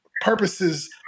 purposes